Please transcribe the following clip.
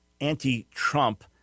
anti-Trump